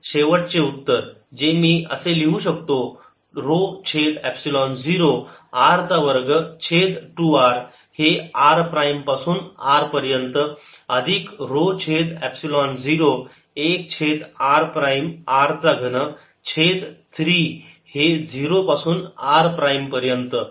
तर हे असणार आहे शेवटचे उत्तर जे मी असे लिहू शकतो ऱ्हो छेद एपसिलोन 0 r वर्ग छेद 2 हे r प्राईम पासून R पर्यंत अधिक ऱ्हो छेद एपसिलोन 0 1 छेद r प्राईम r चा घन छेद 3 हे 0 पासून r प्राईम पर्यंत